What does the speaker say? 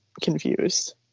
confused